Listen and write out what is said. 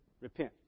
Repent